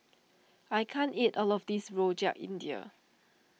I can't eat all of this Rojak India